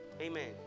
Amen